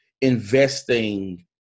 investing